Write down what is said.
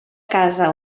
casa